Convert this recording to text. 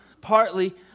partly